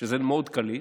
שזה מאוד קליט,